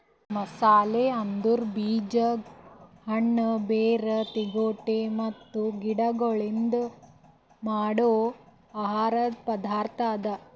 ಮಸಾಲೆ ಅಂದುರ್ ಬೀಜ, ಹಣ್ಣ, ಬೇರ್, ತಿಗೊಟ್ ಮತ್ತ ಗಿಡಗೊಳ್ಲಿಂದ್ ಮಾಡೋ ಆಹಾರದ್ ಪದಾರ್ಥ ಅದಾ